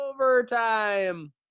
overtime